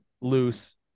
loose